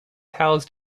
housed